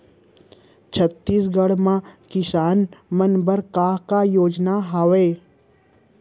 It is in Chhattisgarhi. छत्तीसगढ़ म किसान मन बर का का योजनाएं हवय?